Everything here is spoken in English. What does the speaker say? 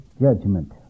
judgment